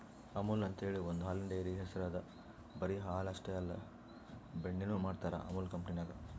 ಅಮುಲ್ ಅಂಥೇಳಿ ಒಂದ್ ಹಾಲಿನ್ ಡೈರಿ ಹೆಸ್ರ್ ಅದಾ ಬರಿ ಹಾಲ್ ಅಷ್ಟೇ ಅಲ್ಲ ಬೆಣ್ಣಿನು ಮಾಡ್ತರ್ ಅಮುಲ್ ಕಂಪನಿದಾಗ್